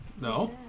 No